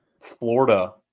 Florida